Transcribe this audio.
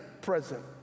present